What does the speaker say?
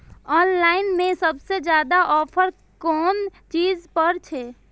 Online में सबसे ज्यादा ऑफर कोन चीज पर छे?